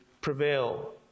prevail